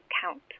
count